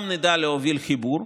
גם נדע להוביל חיבור,